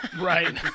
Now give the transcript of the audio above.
Right